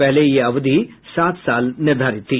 पहले यह अवधि सात साल निर्धारित थी